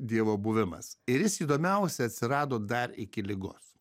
dievo buvimas ir jis įdomiausia atsirado dar iki ligos